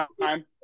time